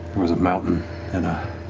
was a mountain in a